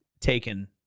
taken